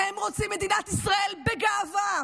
הם רוצים מדינת ישראל בגאווה,